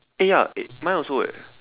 eh ya mine also eh